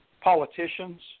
politicians